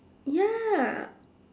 ya